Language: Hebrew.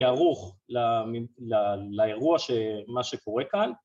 ‫כערוך לאירוע, מה שקורה כאן,